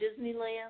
Disneyland